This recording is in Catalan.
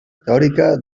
teòrica